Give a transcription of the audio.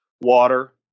water